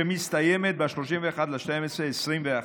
שמסתיימת ב-31 בדצמבר 2021,